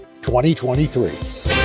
2023